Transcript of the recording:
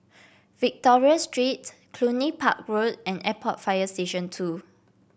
Victoria Street Cluny Park Road and Airport Fire Station Two